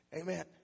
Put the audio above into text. Amen